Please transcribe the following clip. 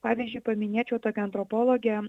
pavyzdžiui paminėčiau tokią antropologę